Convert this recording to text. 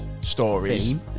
stories